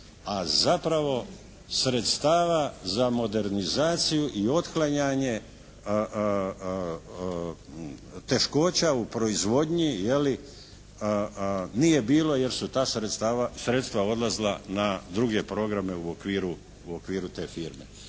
a zapravo sredstava za modernizaciju i otklanjanje teškoća u proizvodnji je li nije bilo jer su ta sredstva odlazila na druge programe u okviru te firme.